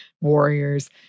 warriors